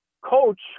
coach